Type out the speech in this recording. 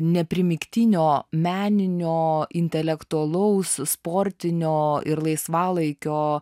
ne primygtinio meninio intelektualaus sportinio ir laisvalaikio